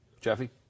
Jeffy